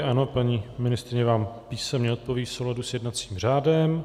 Ano, paní ministryně vám písemně odpoví v souladu s jednacím řádem.